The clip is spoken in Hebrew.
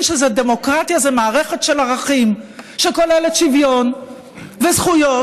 שדמוקרטיה זה מערכת של ערכים שכוללת שוויון וזכויות,